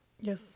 Yes